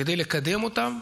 כדי לקדם אותם,